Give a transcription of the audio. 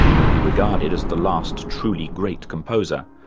whom he regarded as the last truly great composer,